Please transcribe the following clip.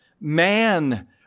man